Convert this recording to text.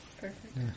Perfect